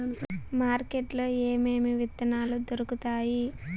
market లో ఏమేమి విత్తనాలు దొరుకుతాయి